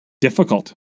difficult